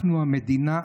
המדינה,